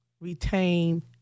retain